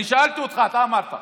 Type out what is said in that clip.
אני שאלתי אותך, אתה אמרת.